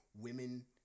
women